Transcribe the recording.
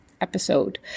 episode